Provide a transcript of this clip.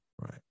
right